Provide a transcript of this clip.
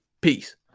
peace